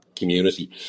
community